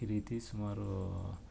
ಈ ರೀತಿ ಸುಮಾರು